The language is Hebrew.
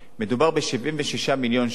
מדובר ב-76 מיליון שקל,